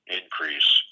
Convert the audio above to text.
increase